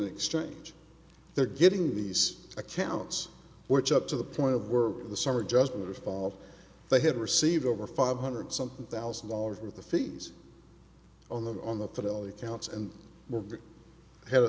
exchange they're getting these accounts which up to the point of we're in the summer just in the fall they had received over five hundred something thousand dollars with the fees on them on the fidelity accounts and had